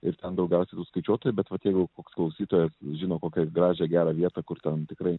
ir ten daugiausia tų skaičiuotojų bet vat jeigu koks klausytojas žino kokią gražią gerą vietą kur ten tikrai